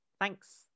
thanks